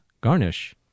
garnish